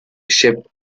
ship